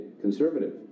conservative